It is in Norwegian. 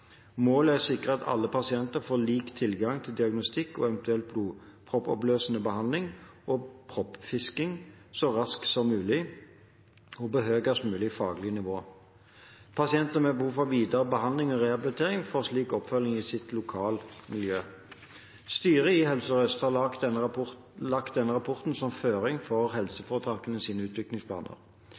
Målet er å sikre at alle pasienter får lik tilgang til diagnostikk og eventuell blodproppoppløsende behandling og «proppfisking» så raskt som mulig, og på høyest mulig faglig nivå. Pasienter med behov for videre behandling og rehabilitering får slik oppfølging i sitt lokalmiljø. Styret i Helse Sør-Øst har lagt denne rapporten som føring for helseforetakenes utviklingsplaner.